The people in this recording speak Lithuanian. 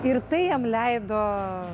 ir tai jam leido